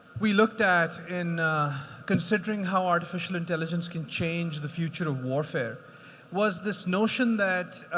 we looked at in considering how artificial intelligence can change the future of warfare was this notion that,